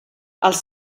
els